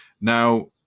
now